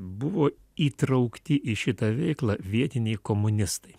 buvo įtraukti į šitą veiklą vietiniai komunistai